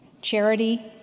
Charity